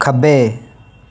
खब्बै